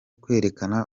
kwerekana